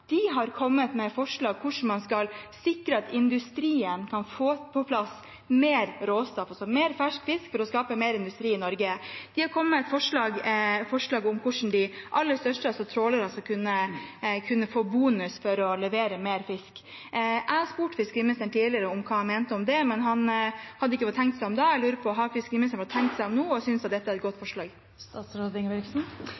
har kommet med forslag til hvordan man skal sikre at industrien kan få på plass mer råstoff, altså mer fersk fisk, for å skape mer industri i Norge. De har kommet med forslag om hvordan de aller største trålerne skal kunne få bonus for å levere mer fisk. Jeg har spurt fiskeriministeren tidligere om hva han mente om det, men han hadde ikke fått tenkt seg om da. Jeg lurer på: Har fiskeriministeren fått tenkt seg om nå, og synes at dette er et godt